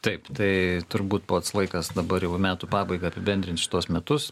taip tai turbūt pats laikas dabar jau į metų pabaigą apibendrint šituos metus